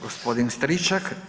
G. Stričak.